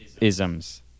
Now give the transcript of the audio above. isms